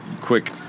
quick